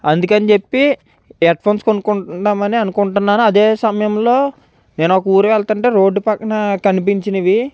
అందుకని చెప్పి headphones కొనుకుందామని అనుకుంటున్నాను అదే సమయంలో నేనొక ఊరు వెళ్తుంటే రోడ్ పక్కన కనిపించినవి